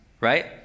right